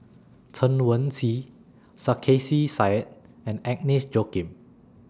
Chen Wen Hsi Sarkasi Said and Agnes Joaquim